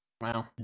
Wow